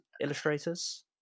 illustrators